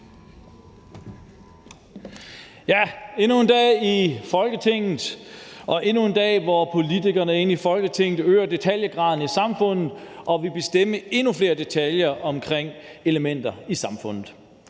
Ja, endnu en dag i Folketinget og endnu en dag, hvor politikerne inde i Folketinget øger detaljegraden i samfundet og vil bestemme endnu flere detaljer omkring elementer i samfundet.